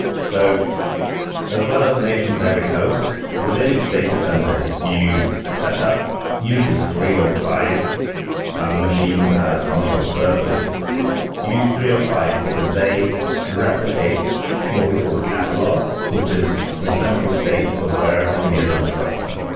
so as well as an agent on every host, within each data center, you set up usually three or five machines as consul servers. you use three or five, because they replicate what we call the catalog, which is the central state of where everything is in the cluster.